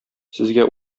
сезгә